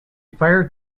fire